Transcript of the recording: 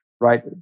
right